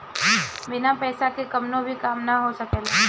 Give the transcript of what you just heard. बिना पईसा के कवनो भी काम ना हो सकेला